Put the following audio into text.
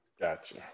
Gotcha